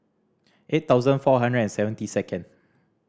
eight thousand four hundred and seventy second